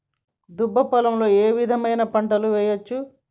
దుబ్బ పొలాల్లో ఏ విధమైన పంటలు వేయచ్చా?